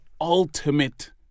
ultimate